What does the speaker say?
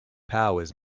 powers